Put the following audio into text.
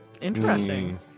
Interesting